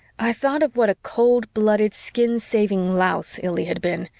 i thought of what a cold-blooded, skin-saving louse illy had been,